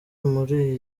muri